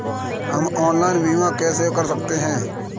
हम ऑनलाइन बीमा कैसे कर सकते हैं?